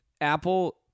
Apple